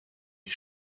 les